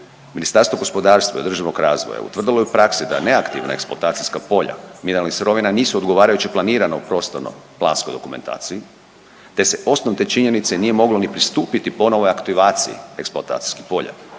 Ministarstvo gospodarstva i održivog razvoja utvrdilo je u praksi da neaktivna eksploatacijska polja mineralnih sirovina nisu odgovarajuća planirana u prostorno planskoj dokumentaciji te se osnovom te činjenice nije moglo ni pristupiti ponovoj aktivaciji eksploatacijskih polja